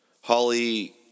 Holly